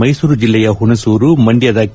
ಮೈಸೂರು ಜಿಲ್ಲೆಯ ಹುಣಸೂರು ಮಂಡ್ಯದ ಕೆ